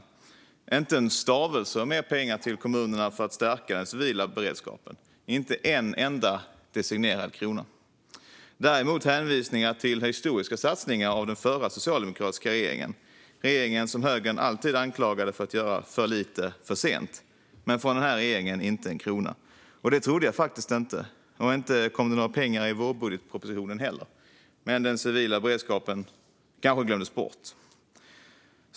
Det är inte en stavelse om mer pengar till kommunerna för att stärka den civila beredskapen. Det är inte en enda designerad krona. Däremot är det hänvisningar till historiska satsningar av den förra socialdemokratiska regeringen, den regering som högern alltid anklagade för att göra för lite och för sent. Men från denna regering är det inte en krona - detta trodde jag faktiskt inte. Inte kom det några pengar i vårbudgetpropositionen heller. Men den civila beredskapen kanske glömdes bort.